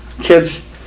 kids